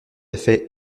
fait